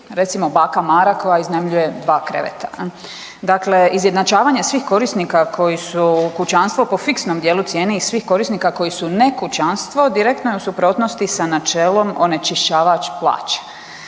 recimo baka Mara koja iznajmljuje dva kreveta. Dakle, izjednačavanje svih korisnika koji su kućanstvo po fiksnom dijelu cijene i svih korisnika koji su ne kućanstvo direktno je u suprotnosti sa načelom onečišćavač plaća.